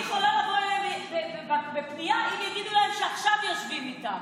אני יכולה לבוא אליהם בפנייה אם יגידו להם שעכשיו יושבים איתם,